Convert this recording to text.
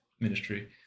ministry